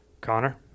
Connor